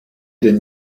den